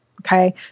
okay